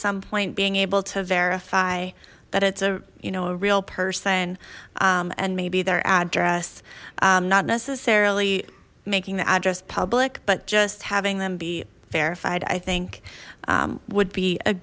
some point being able to verify but it's a you know a real person and maybe their address not necessarily making the address public but just having them be verified i think would be a